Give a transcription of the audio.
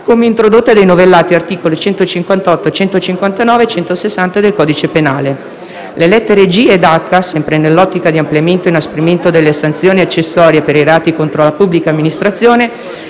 come introdotta dai novellati articoli 158, 159 e 160 del codice penale. Le lettere *g)* e *h)* - sempre nell'ottica di ampliamento e inasprimento delle sanzioni accessorie per reati contro la pubblica amministrazione